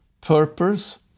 purpose